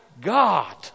God